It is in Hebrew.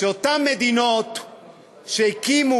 מי שרק לפני שבועיים הנחיתה אצלנו שני מטוסי F-35. איך ייתכן,